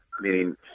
Meaning